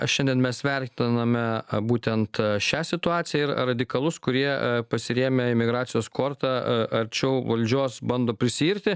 šiandien mes vertiname būtent šią situaciją ir radikalus kurie pasirėmę emigracijos korta arčiau valdžios bando prisiirti